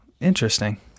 Interesting